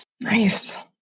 Nice